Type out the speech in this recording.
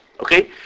okay